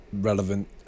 relevant